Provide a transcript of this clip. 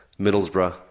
Middlesbrough